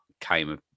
came